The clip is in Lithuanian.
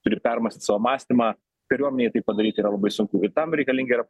turi ir permąstyt savo mąstymą kariuomenėj tai padaryti yra labai sunku ir tam reikalingi yra